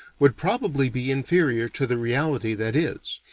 would probably be inferior to the reality that is.